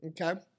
Okay